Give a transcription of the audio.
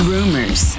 Rumors